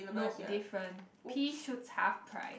nope different pea should tough price